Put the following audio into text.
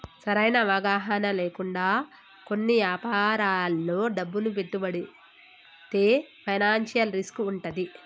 సరైన అవగాహన లేకుండా కొన్ని యాపారాల్లో డబ్బును పెట్టుబడితే ఫైనాన్షియల్ రిస్క్ వుంటది